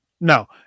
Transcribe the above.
No